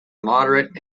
moderate